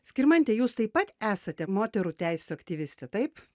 skirmante jūs taip pat esate moterų teisių aktyvistė taip